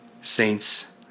saints